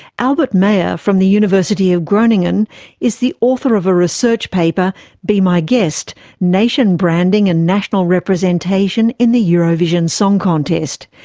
albert meijer from the university of groningen is the author a ah research paper be my guest nation branding and national representation in the eurovision song contest.